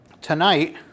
Tonight